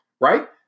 Right